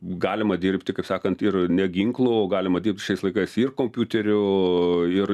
galima dirbti kaip sakant ir ne ginklu galima dirbt šiais laikais ir kompiuteriu ir